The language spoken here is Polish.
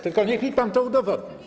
Tylko niech mi pan to udowodni.